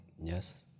yes